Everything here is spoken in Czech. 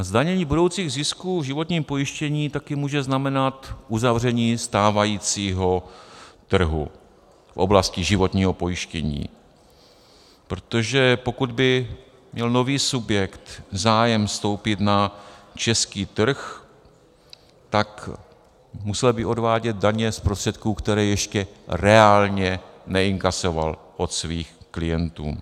Zdanění budoucích zisků v životním pojištění také může znamenat uzavření stávajícího trhu v oblasti životního pojištění, protože pokud by měl nový subjekt zájem vstoupit na český trh, musel by odvádět daně z prostředků, které ještě reálně neinkasoval od svých klientů.